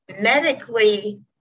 Medically